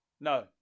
No